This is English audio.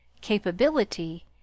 capability